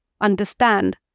understand